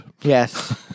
Yes